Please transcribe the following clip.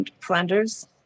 Flanders